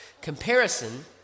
Comparison